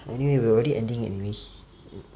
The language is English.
anyway we'll already ending anyways